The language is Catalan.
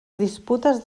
disputes